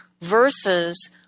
versus